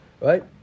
right